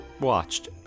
watched